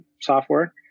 software